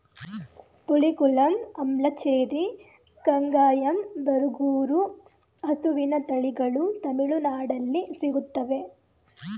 ಪುಲಿಕುಲಂ, ಅಂಬ್ಲಚೇರಿ, ಕಂಗಾಯಂ, ಬರಗೂರು ಹಸುವಿನ ತಳಿಗಳು ತಮಿಳುನಾಡಲ್ಲಿ ಸಿಗುತ್ತವೆ